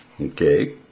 Okay